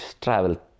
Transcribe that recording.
travel